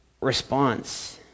response